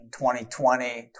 2020